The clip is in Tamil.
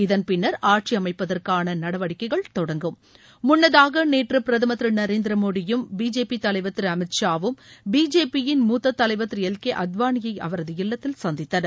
இதன்பின்னர் ஆட்சி அமைப்பதற்கான நடவடிக்கைகள் தொடங்கும் முன்னதாக நேற்று பிரதமர் திரு நரேந்திரமோடியும் பிஜேபி தலைவர் திரு அமித்ஷாவும் பிஜேபி யின் மூத்த தலைவர் திரு எல் கே அத்வாளியை அவரது இல்லத்தில் சந்தித்தனர்